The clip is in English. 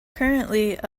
currently